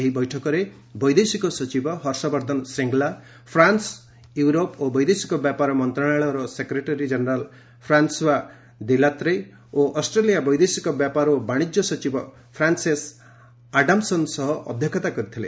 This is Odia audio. ଏହି ବୈଠକରେ ବୈଦେଶିକ ସଚିବ ହର୍ଷବର୍ଦ୍ଧନ ଶ୍ରୀଙ୍ଗଲା ଫ୍ରାନ୍ବର ୟୁରୋପ ଓ ବୈଦେଶିକ ବ୍ୟାପାର ମନ୍ତ୍ରଣାଳୟ ସେକ୍ରେଟେରୀ ଜେନେରାଲ୍ ଫ୍ରାନ୍ସୁଆ ଡିଲାତ୍ରେ ଓ ଅଷ୍ଟ୍ରେଲିଆ ବୈଦେଶିକ ବ୍ୟାପାର ଏବଂ ବାଣିଜ୍ୟ ସଚିବ ଫ୍ରାନ୍ସେସ୍ ଆଡାମ୍ସନ୍ ସହ ଅଧ୍ୟକ୍ଷତା କରିଥିଲେ